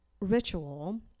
ritual